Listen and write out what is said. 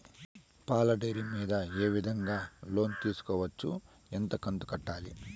పాల డైరీ మీద ఏ విధంగా లోను తీసుకోవచ్చు? ఎంత కంతు కట్టాలి?